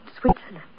Switzerland